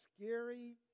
scary